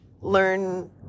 learn